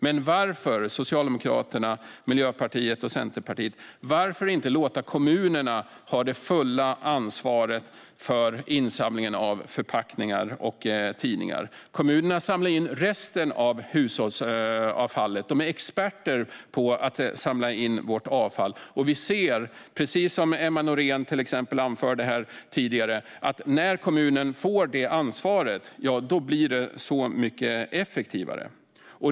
Men varför vill Socialdemokraterna, Miljöpartiet och Centerpartiet inte låta kommunerna ha det fulla ansvaret för insamlingen av förpackningar och tidningar? Kommunerna samlar ju in resten av hushållsavfallet. De är experter på att samla in vårt avfall. Precis som till exempel Emma Nohrén anförde här tidigare ser vi också att när kommunen får det ansvaret, ja, då blir det så mycket effektivare.